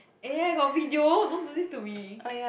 eh I got video don't do this to me